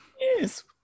yes